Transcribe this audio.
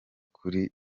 kuri